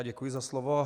Děkuji za slovo.